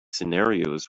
scenarios